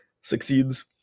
succeeds